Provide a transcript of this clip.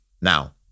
Now